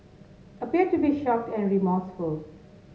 appeared to be shocked and remorseful